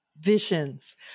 visions